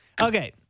Okay